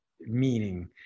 meaning